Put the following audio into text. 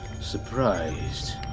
surprised